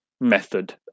method